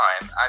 time